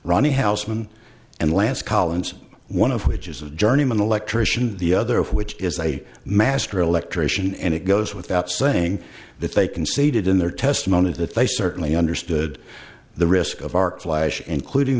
ronnie housman and last collins one of which is a journeyman electrician the other of which is a master electrician and it goes without saying that they conceded in their testimony that they certainly understood the risk of arc flash including